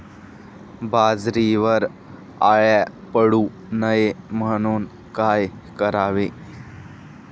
बाजरीवर अळ्या पडू नये म्हणून काय करावे?